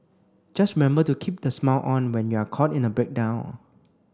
just remember to keep the smile on when you're caught in a breakdown